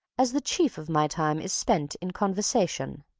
as the chief of my time is spent in conversation.